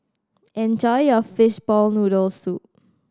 enjoy your fishball noodle soup